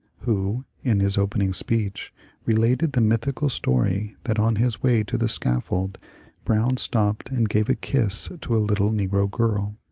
who in his opening speech related the mythical story that on his way to the scaffold brown stopped and gave a kiss to a little negro girl.